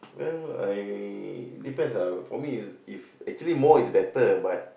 well I depends ah for me if if actually more is better but